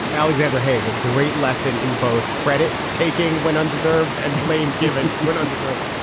and alexander haig, a great lesson in both credit taking when undeserved and blame given when undeserved.